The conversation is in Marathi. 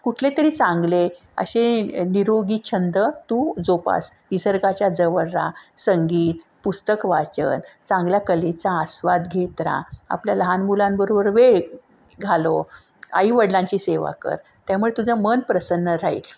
कुठलेतरी चांगले असे निरोगी छंद तू जोपास निसर्गाच्या जवळ राहा संगीत पुस्तकवाचन चांगल्या कलेचा आस्वाद घेत राहा आपल्या लहान मुलांबरोबर वेळ घालव आईवडिलांची सेवा कर त्यामुळे तुझं मन प्रसन्न राहील